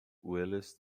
whilst